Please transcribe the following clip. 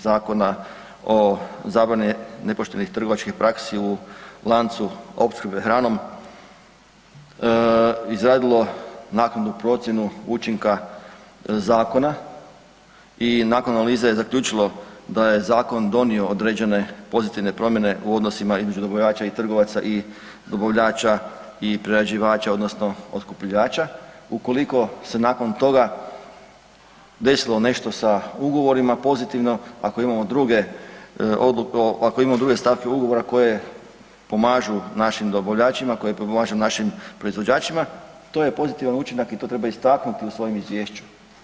Zakona o zabrani nepoštenih trgovačkih praksi u lancu opskrbe hranom izradilo naknadnu procjenu učinka zakona i nakon analize zaključilo da je zakon donio određene pozitivne promjene u odnosima između dobavljača i trgovaca i dobavljača i prerađivača odnosno otkupljivača, ukoliko se nakon toga desilo nešto sa ugovorima pozitivno, ako imamo druge stavke ugovora koje pomažu našim dobavljačima, koje pomažu našim proizvođačima, to je pozitivan učinak i to treba istaknuti u svojem izvješću.